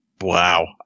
Wow